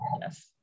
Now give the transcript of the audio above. Yes